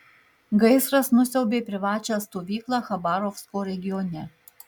gaisras nusiaubė privačią stovyklą chabarovsko regione